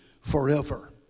forever